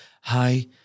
Hi